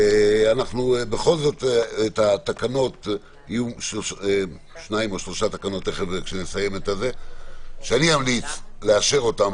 בכל זאת יהיו שתיים או שלוש תקנות שאני אמליץ לאשר אותן,